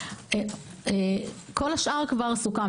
כל השאר סוכם.